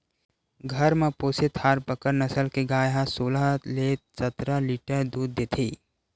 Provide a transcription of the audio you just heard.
घर म पोसे थारपकर नसल के गाय ह सोलह ले सतरा लीटर दूद देथे